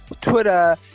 Twitter